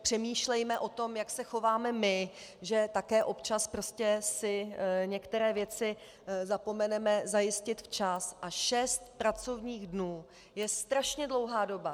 Přemýšlejme o tom, jak se chováme my, že také občas prostě si některé věci zapomeneme zajistit včas, a šest pracovních dnů je strašně dlouhá doba.